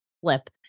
flip